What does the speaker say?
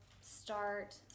start